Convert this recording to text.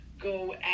go